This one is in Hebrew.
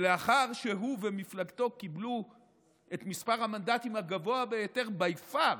ולאחר שהוא ומפלגתו קיבלו את מספר המנדטים הגבוה ביותר by far,